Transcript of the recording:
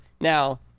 now